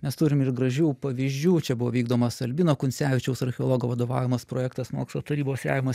mes turim ir gražių pavyzdžių čia buvo vykdomas albino kuncevičiaus archeologo vadovaujamas projektas mokslo tarybos remiamas